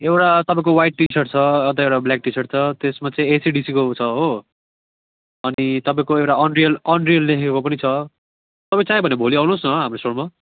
एउटा तपाईँको white T shirt छ अन्त एउटा ब्ल्याक टी सर्ट छ त्यसमा चाहिँ एचएडीसीको छ हो अनि तपाईँको एउटा अनरियल अनरियल लेखेको पनि छ तपाईँ चाहियो भने भोलि आउनुहोस् न हाम्रो स्टोरमा